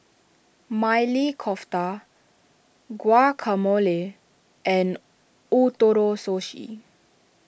Maili Kofta Guacamole and Ootoro Sushi